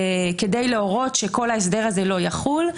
כדי להורות שכל ההסדר הזה לא יחול,